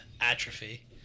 atrophy